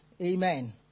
Amen